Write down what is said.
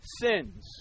sins